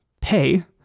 pay